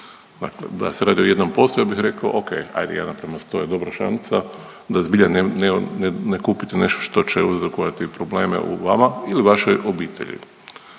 Dakle, da se radi o jednom posto ja bih rekao o.k. Ajde 1:100 je dobra šansa da zbilja ne kupite nešto što će uzrokovati probleme u vama ili vašoj obitelji.